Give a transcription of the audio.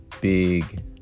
big